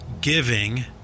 giving